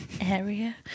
area